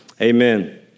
Amen